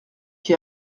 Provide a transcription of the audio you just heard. qui